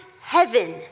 heaven